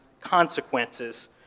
consequences